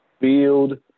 build